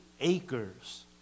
acres